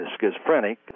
schizophrenic